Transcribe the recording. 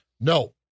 No